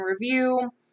review